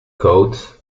coats